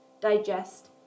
digest